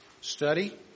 study